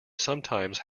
sometimes